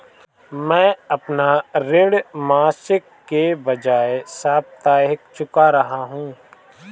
मैं अपना ऋण मासिक के बजाय साप्ताहिक चुका रहा हूँ